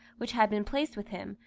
which had been placed with him,